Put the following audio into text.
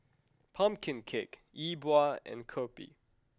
pumpkin cake yi bua and Kopi